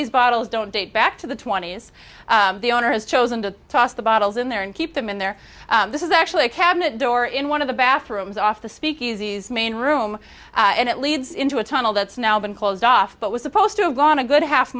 these bottles don't date back to the twenty's the owner has chosen to toss the bottles in there and keep them in there this is actually a cabinet door in one of the bathrooms off the speakeasies main room and it leads into a tunnel that's now been closed off but was supposed to have gone a good half